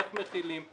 ואיך מכינים.